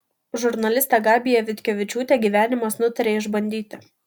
žurnalistę gabiją vitkevičiūtę gyvenimas nutarė išbandyti